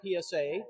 PSA